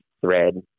thread